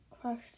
crush